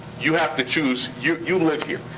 you have to choose. you you live here.